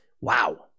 Wow